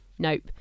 Nope